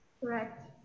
correct